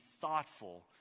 thoughtful